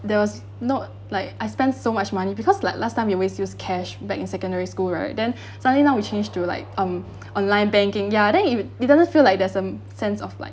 there was not like I spend so much money because like last time we always use cash back in secondary school right then suddenly now we change to like um online banking ya then it it doesn't feel like there's a sense of like